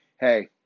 Hey